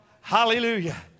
Hallelujah